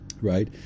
Right